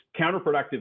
counterproductive